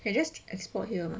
can just export here mah